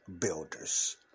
builders